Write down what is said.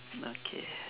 okay